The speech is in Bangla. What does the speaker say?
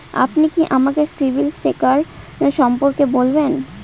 আপনি কি আমাকে সিবিল স্কোর সম্পর্কে বলবেন?